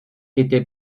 était